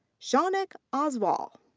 shaunak oswal.